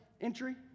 entry